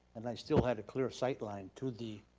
and i still had a clear sight line to the